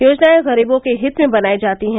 योजनाए गरीबों क्रे हित में बनाई जाती है